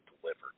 delivered